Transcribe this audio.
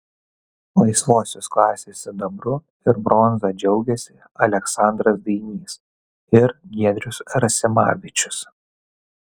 laisvosios klasės sidabru ir bronza džiaugėsi aleksandras dainys ir giedrius rasimavičius